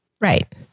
Right